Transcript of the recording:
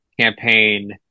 campaign